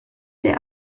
der